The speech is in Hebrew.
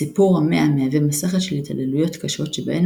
הסיפור המאה מתאר מסכת של התעללויות קשות שבהן